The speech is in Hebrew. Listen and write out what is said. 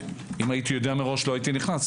כשאם הייתי יודע מראש לא הייתי נכנס,